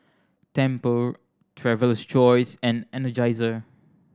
Tempur Traveler's Choice and Energizer